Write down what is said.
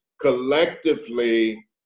collectively